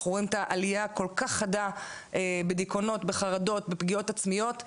אנחנו רואים עליה כל כך חדה בדיכאונות בחרדות בפגיעות עצמיות,